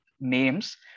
names